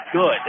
good